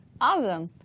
Awesome